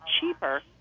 cheaper